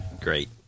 Great